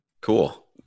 Cool